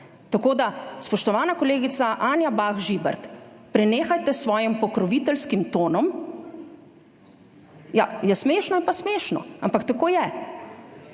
Tako da, spoštovana kolegica Anja Bah Žibert, prenehajte s svojim pokroviteljskim tonom … ja, je smešno, ampak tako je,